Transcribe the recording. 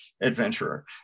adventurer